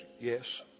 yes